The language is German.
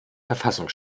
verfassung